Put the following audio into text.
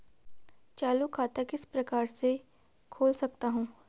चालू खाता किस प्रकार से खोल सकता हूँ?